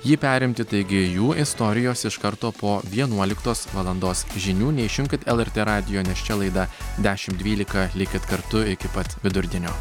jį perimti taigi jų istorijos iš karto po vienuoliktos valandos žinių neišjunkit lrt radijo nes čia laida dešim dvylika likit kartu iki pat vidurdienio